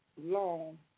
long